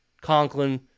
Conklin